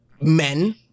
men